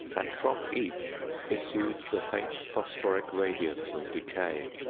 and from each issued the faint phosphoric radiance of decay,